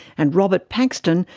and robert paxton,